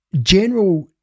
general